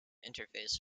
interface